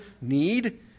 need